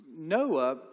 Noah